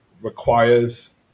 requires